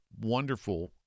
wonderful